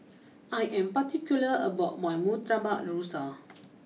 I am particular about my Murtabak Rusa